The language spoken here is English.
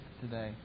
today